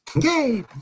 Yay